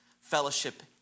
Fellowship